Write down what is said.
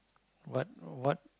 what what